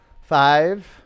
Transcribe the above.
Five